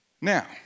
Now